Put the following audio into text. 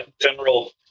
General